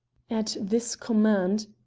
at this command,